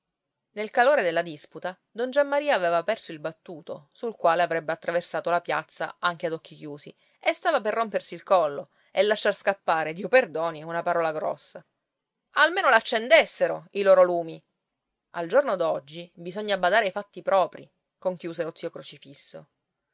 nel calore della disputa don giammaria aveva perso il battuto sul quale avrebbe attraversato la piazza anche ad occhi chiusi e stava per rompersi il collo e lasciar scappare dio perdoni una parola grossa almeno l'accendessero i loro lumi al giorno d'oggi bisogna badare ai fatti propri conchiuse lo zio crocifisso